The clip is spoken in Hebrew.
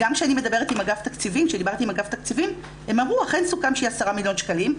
גם כשדיברתי עם אגף תקציבים הם אמרו 'אכן סוכם שיהיה 10 מיליון שקלים,